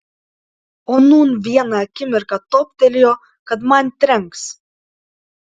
o nūn vieną akimirką toptelėjo kad man trenks